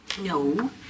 No